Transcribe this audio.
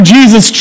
Jesus